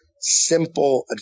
simple